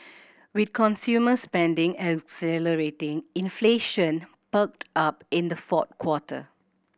with consumer spending accelerating inflation perked up in the fourth quarter